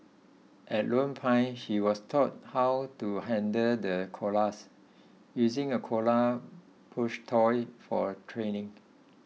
at Lone Pine she was taught how to handle the koalas using a koala plush toy for training